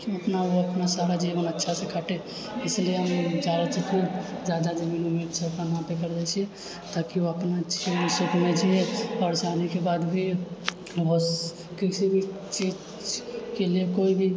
अपना सारा जीवन अच्छा से काटे इसलिए हम चाहैत छिऐ कि जादा ताकि ओ अपना जीवन सुखमय जिए परेशानीके बाद भी बहुत कहि सकैत छी के लिए केओ भी